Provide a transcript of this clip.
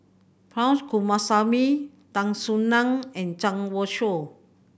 Punch Coomaraswamy Tan Soo Nan and Zhang Youshuo